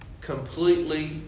completely